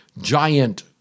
giant